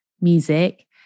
music